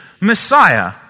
Messiah